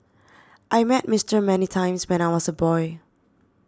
I met Mister many times when I was a boy